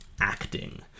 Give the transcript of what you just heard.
acting